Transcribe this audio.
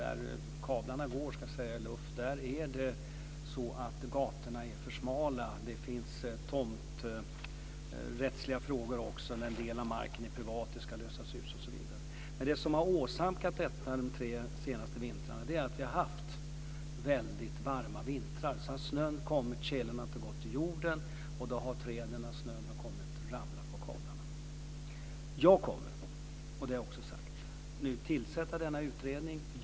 Där kablarna går i luft är gatorna för smala. Det handlar också om tomträttsliga frågor. En del av marken är privat och ska lösas ut osv. Men det som åsamkat problemen de tre senaste vintrarna är att vi har haft väldigt varma vintrar. När snön har kommit har tjälen inte gått ur jorden, och då har träden ramlat på kablarna. Jag kommer, som jag har sagt, att tillsätta denna utredning.